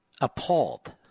appalled